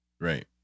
Right